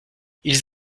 ils